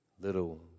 little